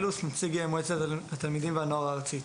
נציג מועצת התלמידים והנוער הארצית.